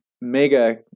mega